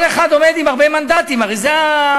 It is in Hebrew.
כל אחד עומד עם הרבה מנדטים, הרי זה הממשלה,